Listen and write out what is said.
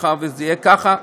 מאחר שזה יהיה ככה,